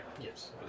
Yes